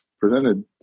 presented